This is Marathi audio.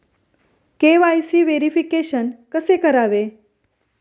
के.वाय.सी व्हेरिफिकेशन कसे करावे?